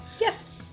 Yes